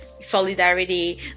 solidarity